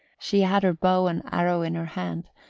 she had her bow and arrow in her hand,